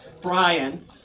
Brian